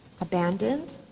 abandoned